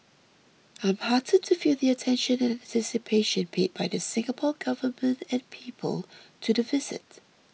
I'm heartened to feel the attention and anticipation paid by the Singapore Government and people to the visit